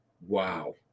wow